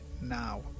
now